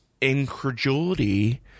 incredulity